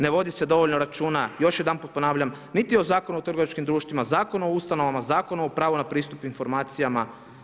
Ne vodi se dovoljno računa, još jedanput ponavljam, niti o Zakonu o trgovačkim društvima, Zakonu o ustanovama, Zakonu o pravu na pristup informacijama.